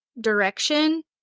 direction